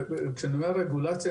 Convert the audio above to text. כשאני אומר רגולציה,